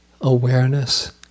awareness